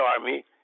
Army